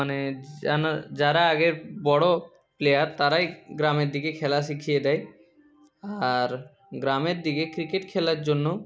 মানে যারা আগের বড় প্লেয়ার তারাই গ্রামের দিকে খেলা শিখিয়ে দেয় আর গ্রামের দিকে ক্রিকেট খেলার জন্য